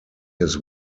his